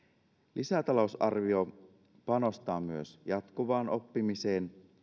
lisätalousarvio panostaa myös jatkuvaan oppimiseen